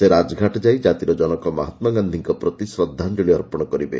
ସେ ରାଜଘାଟ ଯାଇ ଜାତିର ଜନକ ମହାତ୍ମା ଗାନ୍ଧିଙ୍କ ପ୍ରତି ଶ୍ରଦ୍ଧାଞ୍ଚଳି ଅର୍ପଣ କରିବେ